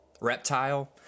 reptile